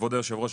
כבוד היושבת ראש,